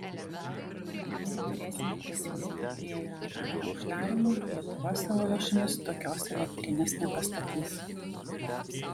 kadangi turėsime prisidėti prie iae uždarymo lietuva savo lėšomis tokios elektrinės nepastatys